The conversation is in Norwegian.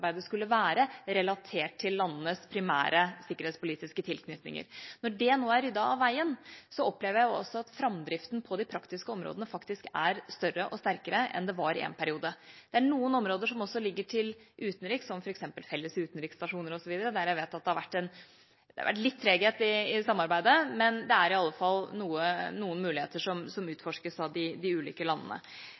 det skapte en viss usikkerhet om hva det nordiske forsvarssamarbeidet skulle være, relatert til landenes primære sikkerhetspolitiske tilknytninger. Når det nå er ryddet av veien, opplever jeg også at framdriften på de praktiske områdene faktisk er større og sterkere enn den var i en periode. Det er også noen områder som ligger til utenriks, som f.eks. felles utenriksstasjoner osv., der jeg vet at det har vært litt treghet i samarbeidet, men det er i alle fall noen muligheter som utforskes av de ulike landene.